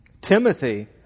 Timothy